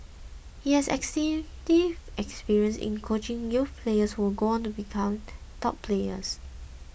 he has extensive experience in coaching youth players who would go on to become top players